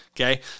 Okay